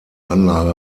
anlage